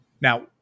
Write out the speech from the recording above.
Now